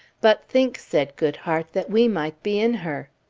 but think, said goodhart, that we might be in her.